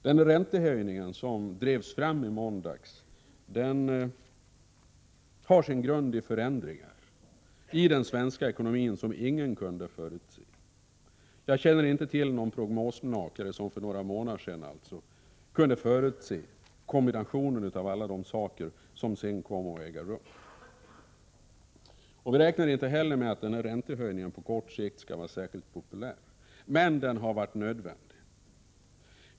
Den räntehöjning som drevs fram i måndags har sin grund i förändringar i den svenska ekonomin som ingen kunde förutse. Jag känner inte till någon prognosmakare som för några månader sedan kunde förutse kombinationen av alla de händelser som sedan kommit att äga rum. Vi förutsätter inte heller att räntehöjningen på kort sikt skall vara särskilt populär, men den har varit nödvändig.